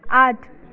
आठ